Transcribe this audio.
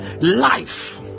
life